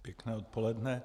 Pěkné odpoledne.